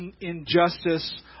injustice